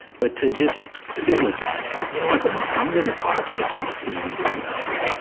but to just sit with that and, you know what? no. i'm gonna talk to myself, you know, in a different kind of way.